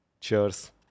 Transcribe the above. cheers